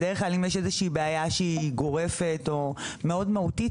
בדרך כלל אם יש איזושהי בעיה שהיא גורפת או מאוד מהותית,